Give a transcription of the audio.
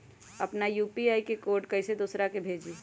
अपना यू.पी.आई के कोड कईसे दूसरा के भेजी?